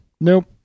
nope